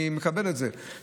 אני מקבל את זה שצריך.